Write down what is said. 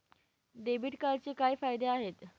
Debit कार्डचे काय फायदे आहेत?